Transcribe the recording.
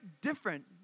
different